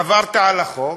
עברת על החוק,